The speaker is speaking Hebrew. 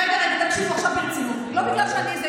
רגע, רגע, תקשיבו עכשיו ברצינות, והוועדות?